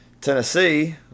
Tennessee